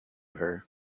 her